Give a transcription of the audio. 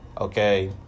okay